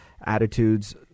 attitudes